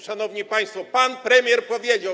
Szanowni państwo, pan premier powiedział.